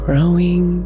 Growing